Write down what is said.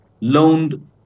loaned